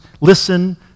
listen